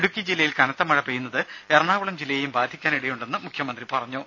ഇടുക്കി ജില്ലയിൽ കനത്ത മഴ പെയ്യുന്നത് എറണാകുളം ജില്ലയെയും ബാധിക്കാനിടയുണ്ടെന്ന് മുഖ്യമന്ത്രി പറഞ്ഞു